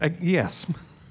yes